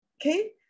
Okay